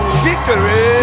victory